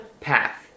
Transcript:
path